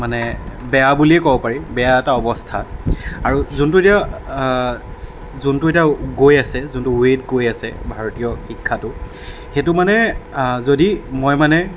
মানে বেয়া বুলিয়ে ক'ব পাৰি বেয়া এটা অৱস্থা আৰু যোনটো এতিয়া যোনটো এতিয়া গৈ আছে যোনটো ওৱেট গৈ আছে ভাৰতীয় শিক্ষাটো সেইটো মানে যদি মই মানে